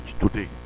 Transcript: today